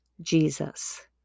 Jesus